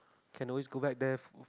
can always go back there